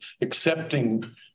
accepting